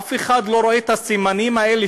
אף אחד לא רואה את הסימנים האלה,